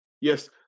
Yes